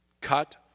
Cut